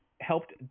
helped